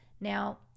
Now